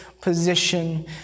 position